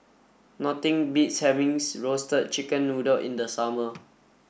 nothing beats having roasted chicken noodle in the summer